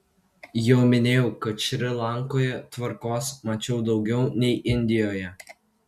jau minėjau kad šri lankoje tvarkos mačiau daugiau nei indijoje